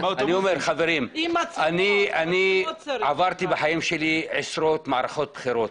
חברים, אני עברתי בחיים שלי עשרות מערכות בחירות